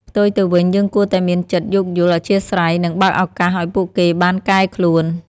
ផ្ទុយទៅវិញ យើងគួរតែមានចិត្តយោគយល់ អធ្យាស្រ័យ និងបើកឱកាសឱ្យពួកគេបានកែខ្លួន។